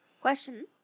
Question